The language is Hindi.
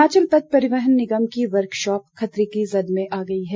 हिमाचल पथ परिवहन निगम की वर्कशॉप खतरे की जद में आ गई है